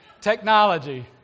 Technology